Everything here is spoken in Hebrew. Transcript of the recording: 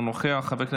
אינו נוכח.